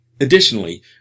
Additionally